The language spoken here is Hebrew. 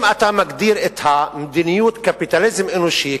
אם אתה מגדיר את המדיניות קפיטליזם אנושי,